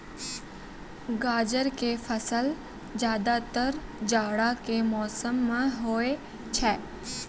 गाजर के फसल ज्यादातर जाड़ा के मौसम मॅ होय छै